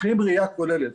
צריכים ראיה כוללת.